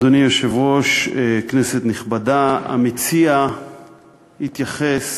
אדני היושב-ראש, כנסת נכבדה, המציע התייחס